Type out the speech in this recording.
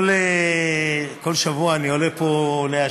כל שבוע אני עולה פה להשיב